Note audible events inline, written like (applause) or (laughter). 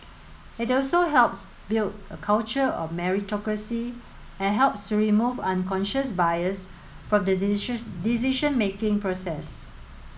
it also helps build a culture of meritocracy and helps remove unconscious bias from the (unintelligible) decision making process